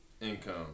income